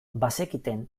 bazekiten